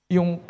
Yung